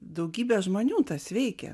daugybę žmonių tas veikia